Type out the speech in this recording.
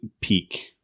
peak